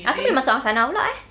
asal dia masuk angsana pula eh